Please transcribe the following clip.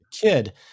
kid